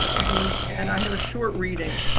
and and i have a short reading.